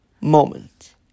moment